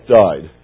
died